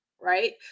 Right